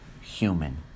human